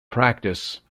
practice